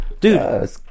dude